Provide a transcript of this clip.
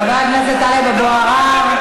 חבר הכנסת טלב אבו עראר.